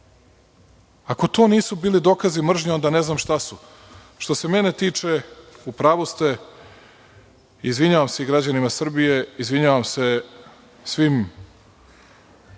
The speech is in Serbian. Ako to nisu bili dokazi mržnje onda ne znam šta su? Što se mene tiče, u pravu ste, izvinjavam se građanima Srbije, izvinjavam se svim